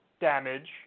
damage